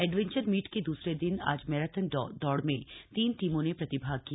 adventure meet के दूसरे दिन आज मैराथन दौड़ में तीन टीमों ने प्रतिभाग किया